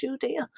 Judea